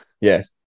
Yes